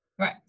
Right